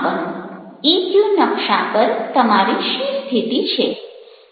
EQ નકશા પર તમારી શી સ્થિતિ છે